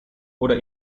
oder